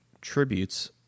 tributes